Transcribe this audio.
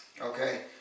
Okay